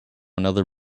another